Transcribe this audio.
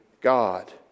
God